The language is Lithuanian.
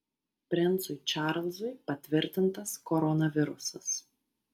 princui čarlzui patvirtintas koronavirusas